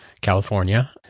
California